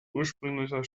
ursprünglicher